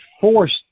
forced